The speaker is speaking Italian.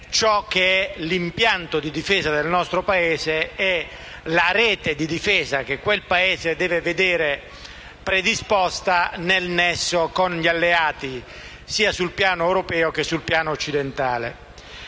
pianificare l'impianto di difesa del nostro Paese e la rete di difesa che deve essere predisposta nel nesso con gli alleati sia sul piano europeo che sul piano occidentale.